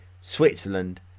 Switzerland